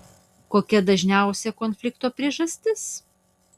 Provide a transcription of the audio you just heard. kokia dažniausiai konflikto priežastis